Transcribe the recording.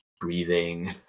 breathing